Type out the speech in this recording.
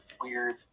Weird